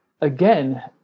again